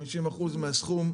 50% מהסכום,